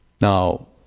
Now